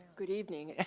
good evening,